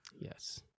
Yes